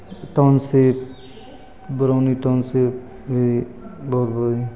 township Barauni township ई बगू